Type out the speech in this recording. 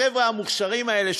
החבר'ה המוכשרים האלה,